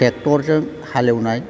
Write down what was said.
tractor जों हाल एवनाय